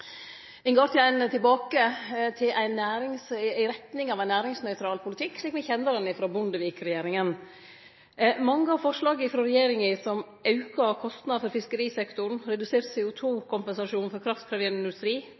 Ein går tilbake i retning av ein næringsnøytral politikk, slik me kjende den frå Bondevik-regjeringa. Når det gjeld mange av forslaga frå regjeringa, som auka kostnader for fiskerisektoren, redusert CO2-kompensasjon for